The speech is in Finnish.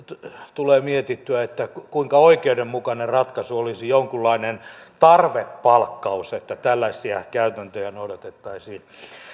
tulee mietittyä kuinka oikeudenmukainen ratkaisu olisi jonkunlainen tarvepalkkaus että tällaisia käytäntöjä noudatettaisiin